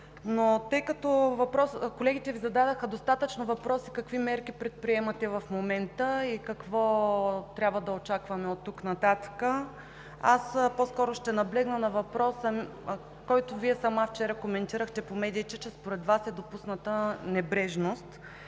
се справи. Колегите Ви зададоха достатъчно въпроси какви мерки предприемате в момента и какво трябва да очакваме оттук нататък. Аз по-скоро ще наблегна на въпроса, който Вие вчера сама коментирахте по медиите, че според Вас е допусната небрежност